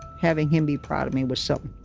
having him be proud of me was so